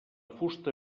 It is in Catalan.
fusta